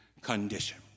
condition